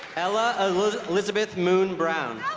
ella elizabeth moon-brown